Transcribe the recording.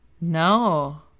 no